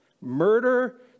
murder